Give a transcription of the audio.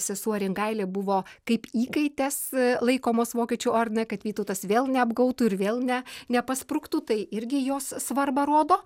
sesuo rimgailė buvo kaip įkaitės laikomos vokiečių ordinui kad vytautas vėl neapgautų ir vėl ne nepaspruktų tai irgi jos svarbą rodo